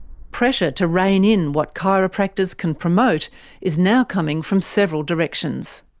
pressure to reign in what chiropractors can promote is now coming from several directions.